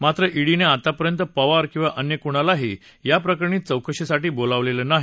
मात्र ईडीनं आतापर्यंत पवार किवा अन्य कुणालाही या प्रकरणी चौकशीसाठी बोलावलद्वीनाही